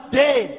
day